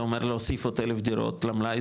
זה אומר להוסיף עוד אלף דירות למלאי,